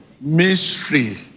Mystery